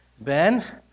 Ben